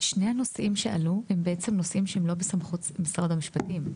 שני הנושאים שעלו הם בעצם נושאים שלא בסמכות משרד המשפטים,